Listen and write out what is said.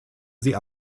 sie